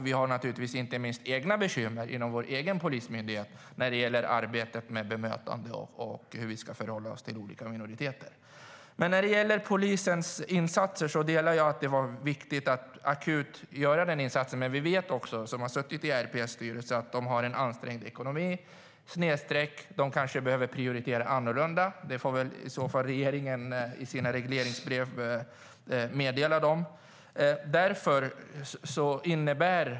Vi har inte minst egna bekymmer inom vår egen polismyndighet när det gäller arbetet med bemötande och hur vi ska förhålla oss till olika minoriteter. Men när det gäller polisens insatser håller jag med om att det var viktigt att akut göra den insatsen. Men vi som har suttit i RPS styrelse vet att de har en ansträngd ekonomi. De kanske behöver prioritera annorlunda. Det får väl i så fall regeringen meddela dem i sina regleringsbrev.